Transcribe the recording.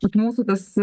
vat mūsų tas